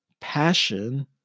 passion